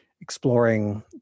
exploring